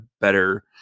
better